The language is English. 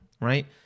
right